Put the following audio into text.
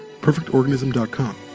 perfectorganism.com